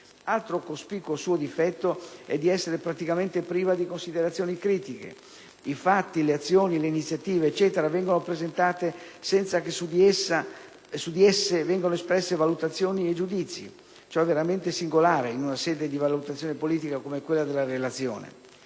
Altro cospicuo suo difetto è di essere praticamente priva di considerazioni critiche. I fatti, le azioni, le iniziative, eccetera, vengono presentate senza che su di esse vengano espresse valutazioni e giudizi. Ciò è veramente singolare in una sede di valutazione politica come quella della Relazione.